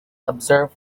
observe